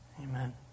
Amen